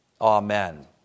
Amen